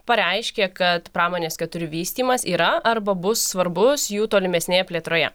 pareiškė kad pramonės keturi vystymas yra arba bus svarbus jų tolimesnėje plėtroje